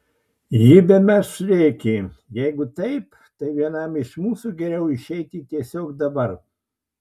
ji bemaž rėkė jeigu taip tai vienam iš mūsų geriau išeiti tiesiog dabar